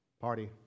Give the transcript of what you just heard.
party